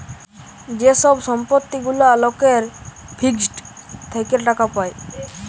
যে ছব সম্পত্তি গুলা লকের ফিক্সড থ্যাকে টাকা পায়